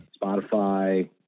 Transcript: Spotify